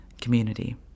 community